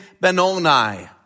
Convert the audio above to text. Benoni